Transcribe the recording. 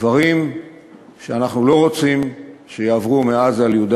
דברים שאנחנו לא רוצים שיעברו מעזה ליהודה